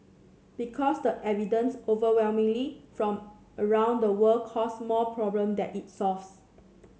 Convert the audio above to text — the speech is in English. because the evidence overwhelmingly from around the world cause more problem than it solves